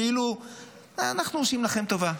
כאילו אנחנו עושים לכם טובה.